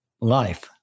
life